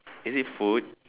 is it food